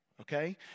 Okay